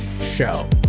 show